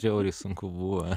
žiauriai sunku buvo